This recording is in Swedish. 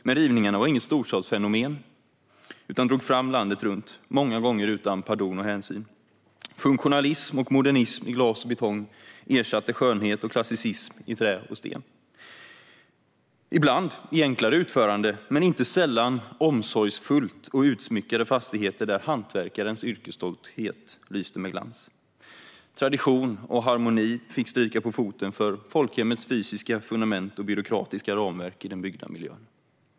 Men rivningarna var inget storstadsfenomen utan drog fram landet runt, många gånger utan pardon och hänsyn. Funktionalism och modernism i glas och betong ersatte skönhet och klassicism i trä och sten, ibland i enklare utföranden men inte sällan omsorgsfullt byggda och utsmyckade fastigheter där hantverkarens yrkesstolthet lyste med glans. Tradition och harmoni fick stryka på foten för folkhemmets fysiska fundament och byråkratiska ramverk i den byggda miljön.